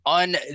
On